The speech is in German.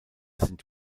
sind